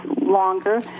longer